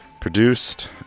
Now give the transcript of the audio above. produced